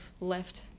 left